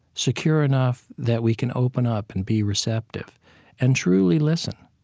secure enough that we can open up and be receptive and truly listen.